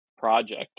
project